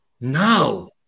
No